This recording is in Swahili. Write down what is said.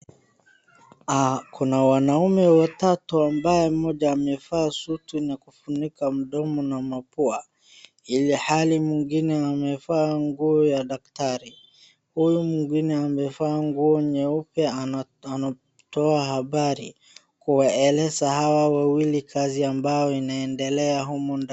Kuna wanaume watatu ambao mmoja amevaa suti na kufunika mdomo na mapua ilhali mwingine amevaa nguo ya daktari, huyu mwingine amevaa nguo nyeupe anatoa habari kuwaeleza hawa wawili kazi inayoendelea humu ndani.